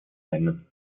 nennen